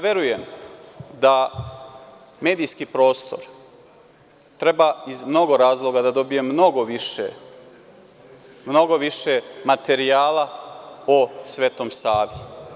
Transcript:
Verujem da medijski prostor treba iz mnogo razloga da dobije mnogo više materijala o Svetom Savi.